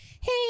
hey